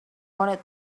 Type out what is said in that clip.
wanted